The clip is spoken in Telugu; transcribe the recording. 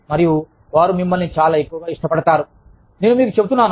మరియు వారు మిమ్మల్ని చాలా ఎక్కువ ఇష్టపడతారు నేను మీకు చెప్తున్నాను